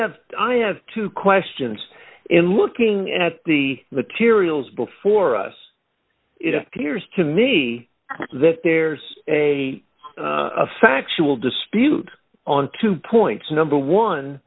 have two questions in looking at the materials before us it appears to me that there's a factual dispute on two points number one